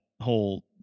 whole